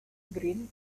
green